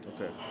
Okay